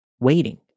waiting